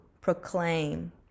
proclaim